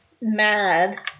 mad